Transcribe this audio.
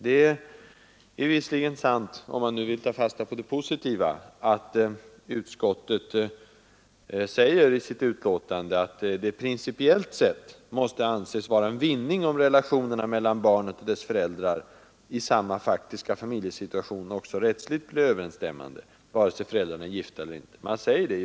Det är visserligen sant, om man nu vill ta fasta på det positiva, att utskottsmajoriteten säger i betänkandet ”att det principiellt sett måste anses innebära en vinning om relationerna mellan barnet och dess föräldrar i samma faktiska familjesituation också rättsligt blir överensstämmande, vare sig föräldrarna är gifta eller ej”.